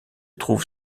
trouve